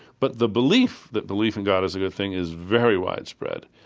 but the belief that belief in god is a good thing is very widespread.